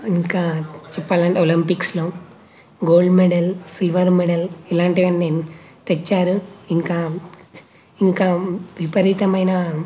ఇంకా చెప్పాలంటే ఒలంపిక్స్లో గోల్డ్ మెడల్ సిల్వర్ మెడల్ ఇలాంటివన్నీ తెచ్చారు ఇంకా ఇంకా విపరీతమైన